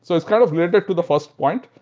so it's kind of wielded to the first point,